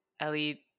Ellie